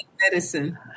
medicine